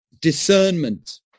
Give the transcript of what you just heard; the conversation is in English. Discernment